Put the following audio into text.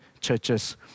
churches